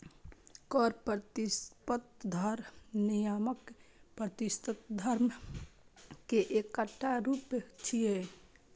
कर प्रतिस्पर्धा नियामक प्रतिस्पर्धा के एकटा रूप छियै